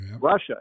Russia